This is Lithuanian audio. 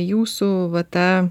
jūsų va tą